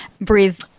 breathe